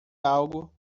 algo